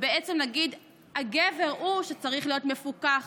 כשלמעשה הגבר הוא שצריך להיות מפוקח